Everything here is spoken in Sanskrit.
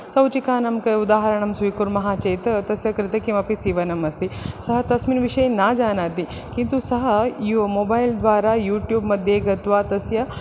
सौचिकानाम् उदाहरणं स्वीकुर्मः चेत् तस्य कृते किमपि सीवनम् अस्ति सः तस्मिन् विषये न जानाति किन्तु सः मोबैल्द्वारा यूट्यूब् मध्ये गत्वा तस्य